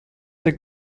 der